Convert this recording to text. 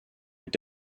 mit